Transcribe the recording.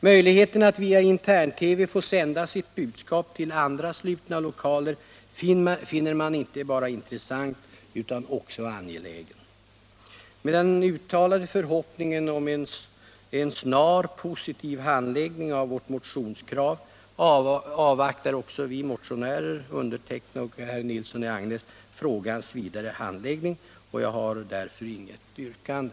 Möjligheten att via intern TV få sända sitt budskap till andra slutna lokaler finner man inte bara intressant utan också angelägen. Med den uttalade förhoppningen om snar positiv handläggning av vårt motionskrav avvaktar också vi motionärer, dvs. jag och herr Nilsson i Agnäs, frågans vidare handläggning. Jag har därför, herr talman, inget yrkande.